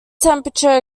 temperature